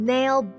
Nail